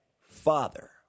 Father